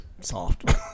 soft